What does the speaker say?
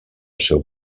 seu